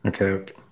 Okay